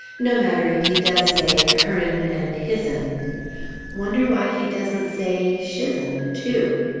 no matter if he does say her'n and his'n. wonder why he doesn't say shisen too?